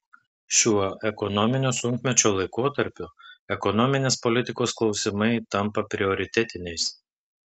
šiuo ekonominio sunkmečio laikotarpiu ekonominės politikos klausimai tampa prioritetiniais